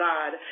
God